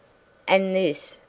and this,